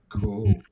Cool